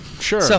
sure